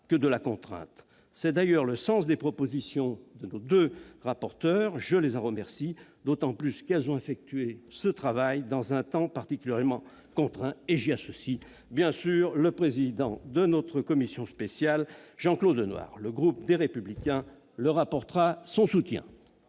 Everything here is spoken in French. que de la contrainte. C'est d'ailleurs le sens des propositions de nos deux rapporteurs. Je les en remercie, d'autant plus qu'elles ont effectué ce travail dans un temps particulièrement contraint. J'associe à ces remerciements le président de la commission spéciale, Jean-Claude Lenoir. Le groupe Les Républicains leur apportera son soutien.